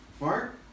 Mark